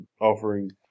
offering